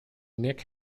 nick